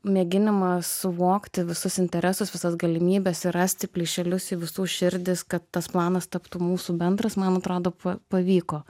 mėginimą suvokti visus interesus visas galimybes ir rasti plyšelius į visų širdis kad tas planas taptų mūsų bendras man atrodo pavyko